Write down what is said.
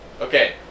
Okay